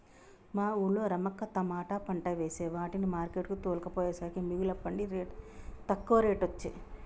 మా వూళ్ళో రమక్క తమాట పంట వేసే వాటిని మార్కెట్ కు తోల్కపోయేసరికే మిగుల పండి తక్కువ రేటొచ్చె